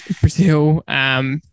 Brazil